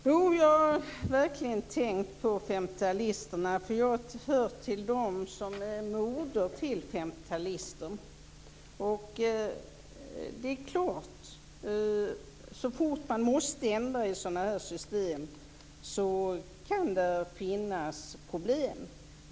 Herr talman! Jag har verkligen tänkt på 50 talisterna. Jag hör till dem som är moder till 50 talister. Så fort det måste göras en ändring i dessa system kan där finnas problem.